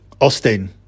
Austin